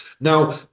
now